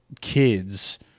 kids